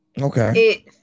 Okay